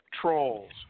trolls